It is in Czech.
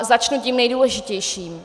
Začnu tím nejdůležitějším.